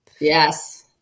Yes